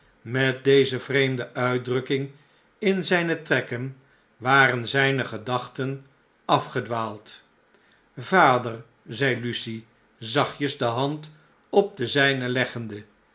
met deze vreemde uitdrukking in zpe trekken waren zpe gedachten afgedwaald vader zei lucie zachtjes de hand op de zpe leggende